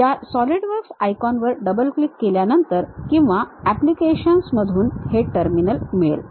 या SolidWorks icon वर double click केल्यानंतर किंवा अँप्लिकेशन्स मधून हे टर्मिनल मिळेल